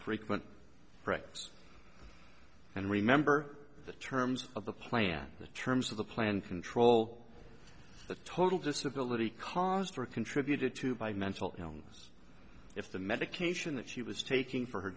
frequent practice and remember the terms of the plan the terms of the plan control the total disability caused or contributed to by mental illness if the medication that she was taking for her